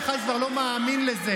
נא להירגע.